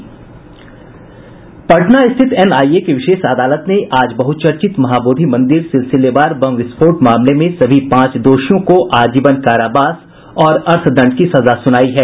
पटना स्थित एनआईए की विशेष अदालत ने आज बहुचर्चित महाबोधि मंदिर सिलसिलेवार बम विस्फोट मामले में सभी पांच दोषियों को आजीवन कारावास और अर्थदंड की सजा सुनाई है